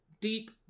deep